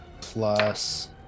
plus